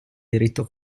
diritto